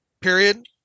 period